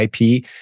IP